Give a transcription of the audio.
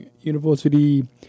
University